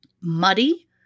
muddy